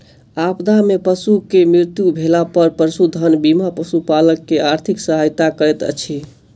आपदा में पशु के मृत्यु भेला पर पशुधन बीमा पशुपालक के आर्थिक सहायता करैत अछि